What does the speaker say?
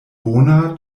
bona